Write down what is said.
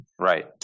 Right